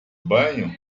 banho